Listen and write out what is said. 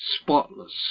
spotless